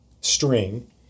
string